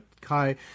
Kai